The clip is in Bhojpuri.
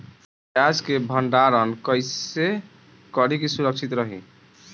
प्याज के भंडारण कइसे करी की सुरक्षित रही?